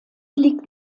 liegt